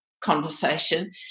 conversation